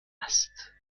است